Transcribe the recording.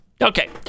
Okay